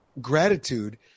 gratitude